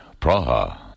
Praha